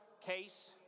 case